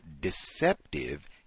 deceptive